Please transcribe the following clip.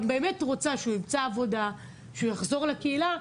באמת רוצה שהוא ימצא עבודה ויחזור לקהילה.